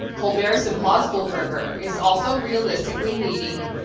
colbert's implausible burger is also realistically meaty.